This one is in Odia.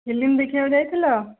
ଫିଲ୍ମ ଦେଖିବାକୁ ଯାଇଥିଲ